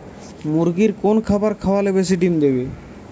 মুরগির কোন খাবার খাওয়ালে বেশি ডিম দেবে?